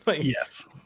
Yes